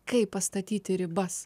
kaip pastatyti ribas